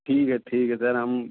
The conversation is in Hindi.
ठीक है ठीक है सर हम